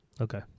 okay